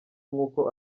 nkuko